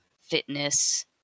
fitness